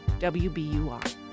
WBUR